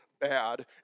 bad